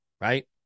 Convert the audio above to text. right